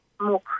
more